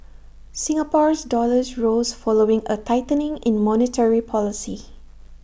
Singapore's dollar rose following A tightening in monetary policy